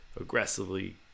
aggressively